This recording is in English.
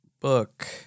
book